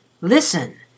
Listen